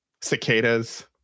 cicadas